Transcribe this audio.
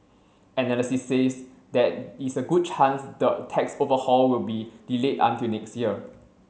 analysis says there is a good chance the tax overhaul will be delayed until next year